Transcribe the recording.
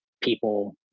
people